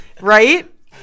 Right